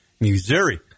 Missouri